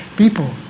people